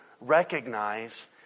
recognize